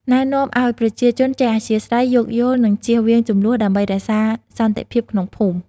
ណែនាំឲ្យប្រជាជនចេះអធ្យាស្រ័យ យោគយល់ និងជៀសវាងជម្លោះ ដើម្បីរក្សាសន្តិភាពក្នុងភូមិ។